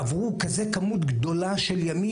עברו כזו כמות גדולה של ימים,